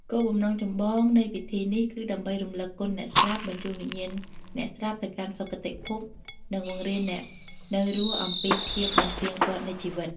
គោលបំណងចម្បងនៃពិធីនេះគឺដើម្បីរំលឹកគុណអ្នកស្លាប់ បញ្ជូនវិញ្ញាណអ្នកស្លាប់ទៅកាន់សុគតិភព និងបង្រៀនអ្នកនៅរស់អំពីភាពមិនទៀងទាត់នៃជីវិត។